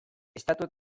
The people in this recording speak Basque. estatuek